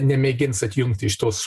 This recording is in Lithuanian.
nemėgins atjungti šitos